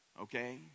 okay